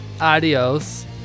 Adios